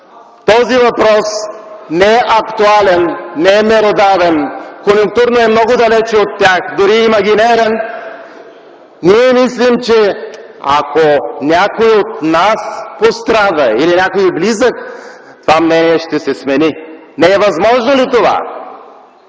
този въпрос не е актуален, не е меродавен, конюнктурно е много далеч от тях, дори е имагинерен, ние мислим, че ако някой от нас пострада или някой наш близък пострада, това мнение ще се смени. РЕПЛИКА: А ако